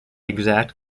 exact